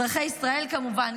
אזרחי ישראל כמובן,